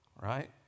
right